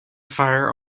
fire